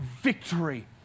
victory